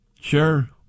Sure